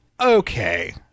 Okay